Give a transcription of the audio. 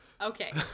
okay